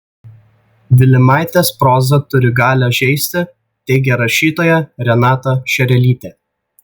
vilimaitės proza turi galią žeisti teigia rašytoja renata šerelytė